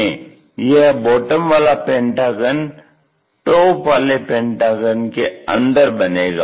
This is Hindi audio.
में यह बॉटम वाला पेंटागन टॉप वाले पेंटागन के अंदर बनेगा